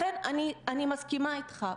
לכן אני מסכימה איתך,